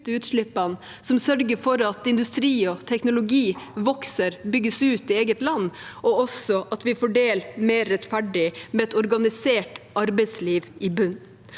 og sørger for at industri og teknologi vokser og bygges ut i eget land, og også at vi fordeler mer rettferdig, med et organisert arbeidsliv i bunnen.